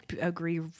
agree